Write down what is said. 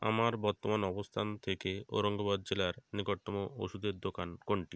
আমার বর্তমান অবস্থান থেকে ঔরঙ্গাবাদ জেলার নিকটতম ওষুধের দোকান কোনটি